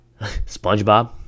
SpongeBob